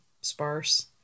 sparse